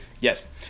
Yes